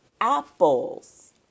apples